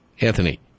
Anthony